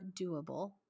doable